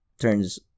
turns